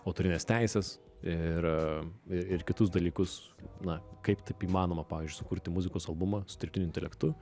autorines teises ir ir kitus dalykus na kaip taip įmanoma pavyzdžiui sukurti muzikos albumą su dirbtiniu intelektu